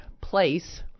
place